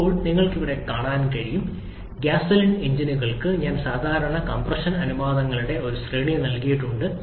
ഇപ്പോൾ നിങ്ങൾക്ക് ഇവിടെ കാണാൻ കഴിയും ഗ്യാസോലിൻ എഞ്ചിനുകൾക്കായി ഞാൻ സാധാരണ കംപ്രഷൻ അനുപാതങ്ങളുടെ ഒരു ശ്രേണി നൽകിയിട്ടുണ്ട്